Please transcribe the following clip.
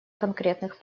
конкретных